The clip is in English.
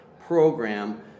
program